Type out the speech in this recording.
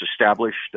established